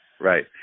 Right